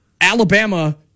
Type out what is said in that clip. Alabama